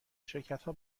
شرکتها